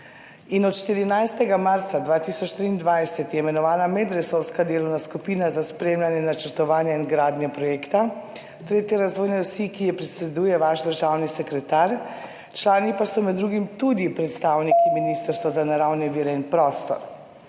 Od 14. marca 2023 je imenovana medresorska delovna skupina za spremljanje, načrtovanje in gradnje projekta 3. razvojne osi, ki ji predseduje vaš državni sekretar, člani pa so med drugim tudi predstavniki Ministrstva za naravne vire in prostor.